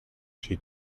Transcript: she